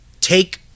take